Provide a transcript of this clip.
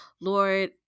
Lord